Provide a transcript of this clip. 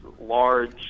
large